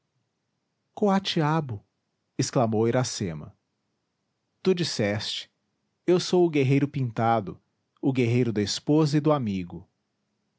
mão coatiabo exclamou iracema tu disseste eu sou o guerreiro pintado o guerreiro da esposa e do amigo